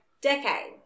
decade